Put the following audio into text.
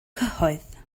cyhoedd